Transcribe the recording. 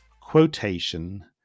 quotation